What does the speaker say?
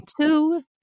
Two